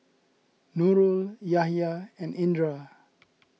Nurul Yahya and Indra